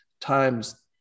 times